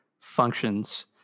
functions